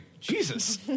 Jesus